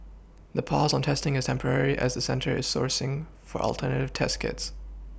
the pause on testing is temporary as the centre is sourcing for alternative test kits